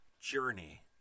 journey